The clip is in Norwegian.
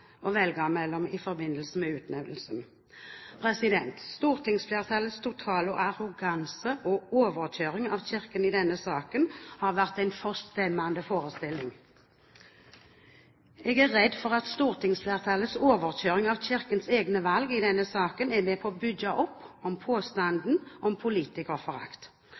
mellom i forbindelse med utnevnelsen. Stortingsflertallets totale arroganse og overkjøring av Kirken i denne saken har vært en forstemmende forestilling. Jeg er redd for at stortingsflertallets overkjøring av Kirkens egne valg i denne saken er med på å bygge opp om påstanden om politikerforakt.